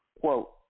Quote